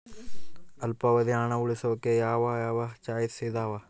ಅಲ್ಪಾವಧಿ ಹಣ ಉಳಿಸೋಕೆ ಯಾವ ಯಾವ ಚಾಯ್ಸ್ ಇದಾವ?